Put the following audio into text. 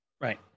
right